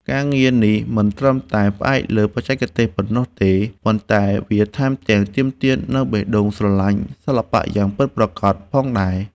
ការងារនេះមិនត្រឹមតែផ្អែកលើបច្ចេកទេសប៉ុណ្ណោះទេ ប៉ុន្តែវាថែមទាំងទាមទារនូវបេះដូងស្រឡាញ់សិល្បៈយ៉ាងពិតប្រាកដផងដែរ។